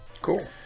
cool